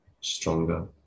stronger